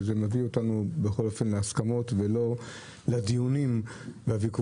מה שמביא אותנו להסכמות ולא לדיונים ולוויכוחים